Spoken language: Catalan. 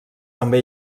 també